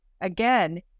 again